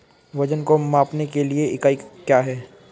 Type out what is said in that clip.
वजन को मापने के लिए इकाई क्या है?